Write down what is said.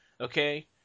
okay